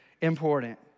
important